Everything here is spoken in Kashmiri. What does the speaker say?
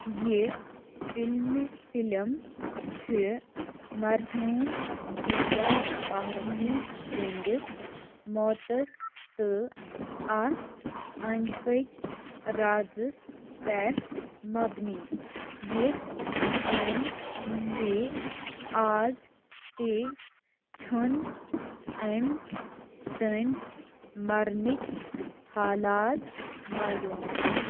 یہِ فِلمہِ فِلم چھِ مرحوٗم دِویا بھارتی سٕنٛدِس موتَس تہٕ اَتھ أنٛدۍ پٔکۍ رازَس پٮ۪ٹھ مبنی یِتھ کٔنۍ زِ آز تہِ چھُن أمۍ سٕنٛدۍ مرنٕکۍ حالات معلوٗم